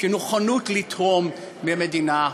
של נכונות לתרום במדינה.